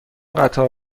قطار